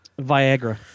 Viagra